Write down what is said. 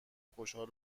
خوشحال